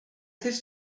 this